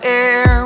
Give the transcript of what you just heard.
air